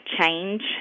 change